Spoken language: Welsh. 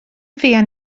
fuan